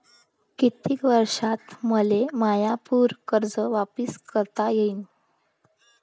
कितीक वर्षात मले माय पूर कर्ज वापिस करता येईन?